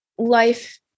life